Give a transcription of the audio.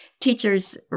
teacher's